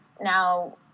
now